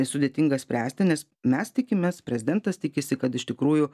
sudėtinga spręsti nes mes tikimės prezidentas tikisi kad iš tikrųjų